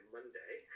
Monday